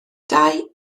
dau